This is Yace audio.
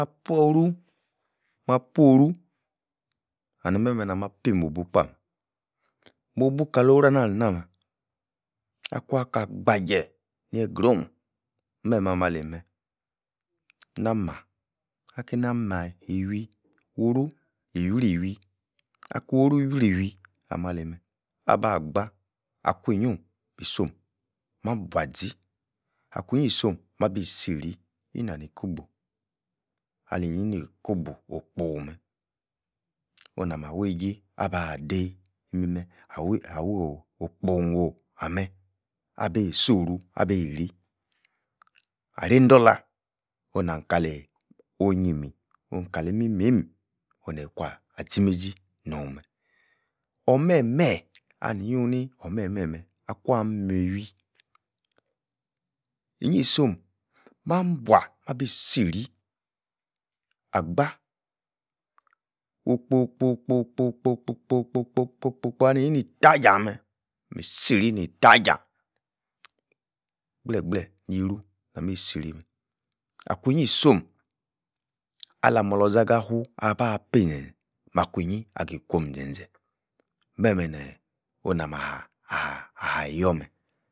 Mapuo'h-ru, mapuo-ruh and meh-meh, nah-mah, pi-mobu kpah, mobu kalo-ra-nah-nhna-meh, akwuan-ka-gbaje, nie-grown, meh-meh ah-meh ali-meh, nah-mah. nah-mah. akeina-mah iwui, woru-iwuiri-wui, akwo-ru iwriwui, ah-meh ali-meh, abah-gbah, akwi-nyion isom, mabua-zi, akwi-nyi isom, mabisiri, ina-ni kobo aleni-yi-ni ikobo-okpo meh, onah-mah-weije aba-dei imimeh awo'h okpogo ah-meh, abi-soru abiri, are-ni-dorlah onu-nahn-kaleh onyimi ohn-kali imimeim oneh-kwa-azi-meizi norhn-meh or-meh-meh, aliyu ni or-meh-meh. meh! akuan-miwi, nyi-isom mabua!! abisiri, agbah, okpo-kpo-kpo-kpo-kpo-kpo-kpo-kpo-kpo aleini-yi-ni-tajan-meh, misiri ni tajan gbleh-gbleh nii-ru na-misiri-meh, akwinyi isom, alamor-loza agafu abah-bi-mi-zenze, makwinyi agi kwom zenze meh-meh neeh, onah-mah-ah-ahyor-meh